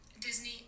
Disney